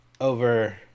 over